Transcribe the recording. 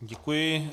Děkuji.